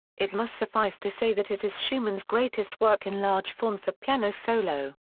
it must suffice to say that it is schumann's greatest work in large form for piano solo.